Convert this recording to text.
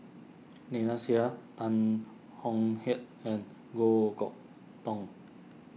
Seah Tan Tong Hye and Goh Chok Tong